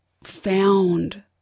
found